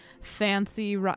fancy